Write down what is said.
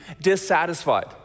dissatisfied